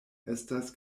estas